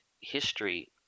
history